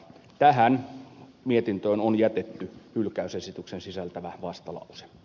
tähän mietintöön on jätetty hylkäysesityksen sisältävä vastalause